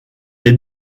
est